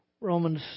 Romans